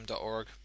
org